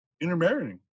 intermarrying